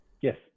Yes